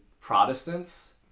Protestants